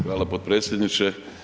Hvala potpredsjedniče.